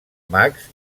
mags